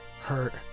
hurt